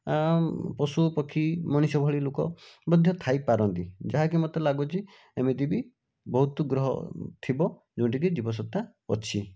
ପଶୁ ପକ୍ଷୀ ମଣିଷ ଭଳି ଲୋକ ମଧ୍ୟ ଥାଇପାରନ୍ତି ଯାହାକି ମୋତେ ଲାଗୁଛି ଏମିତି ବି ବହୁତ ଗ୍ରହ ଥିବ ଯେଉଁଠିକି ଜୀବସତ୍ତା ଅଛି